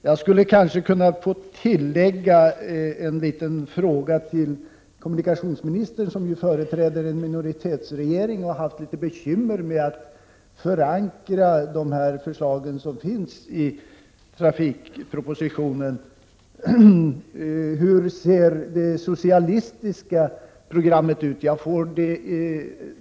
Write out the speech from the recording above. Jag skulle kanske i det sammanhanget kunna få ställa en fråga till kommunikationsministern, som ju företräder en minoritetsregering och har haft litet bekymmer med att förankra förslagen i trafikpropositionen: Hur ser det socialistiska trafikprogrammet ut?